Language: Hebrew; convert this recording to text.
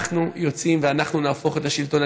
אנחנו יוצאים ואנחנו נהפוך את השלטון.